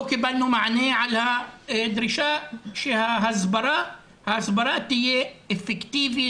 לא קיבלנו מענה על הדרישה שההסברה תהיה אפקטיבית,